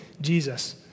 Jesus